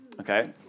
Okay